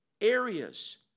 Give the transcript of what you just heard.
areas